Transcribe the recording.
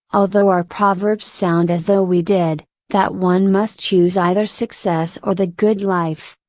although our proverbs sound as though we did, that one must choose either success or the good life.